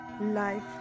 life